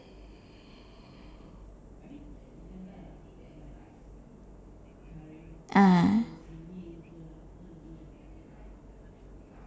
ah